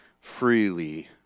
freely